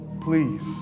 please